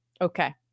okay